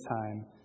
time